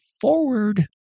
forward